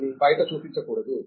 దీన్ని బయట చూపించకూడదు